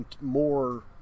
more